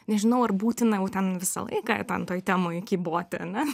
nežinau ar būtina jau ten visą laiką ten toj temoj kyboti ane